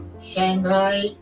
Shanghai